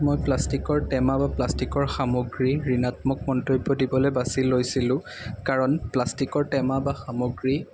মই প্লাষ্টিকৰ টেমা বা প্লাষ্টিকৰ সামগ্ৰীৰ ঋণাত্মক মন্তব্য দিবলৈ বাছি লৈছিলোঁ কাৰণ প্লাষ্টিকৰ টেমা বা সামগ্ৰী